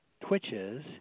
twitches